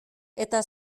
eta